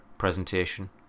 presentation